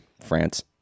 France